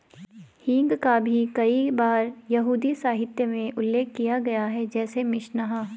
हींग का भी कई बार यहूदी साहित्य में उल्लेख किया गया है, जैसे मिशनाह